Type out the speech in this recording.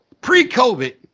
pre-COVID